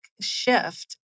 shift